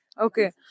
Okay